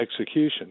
execution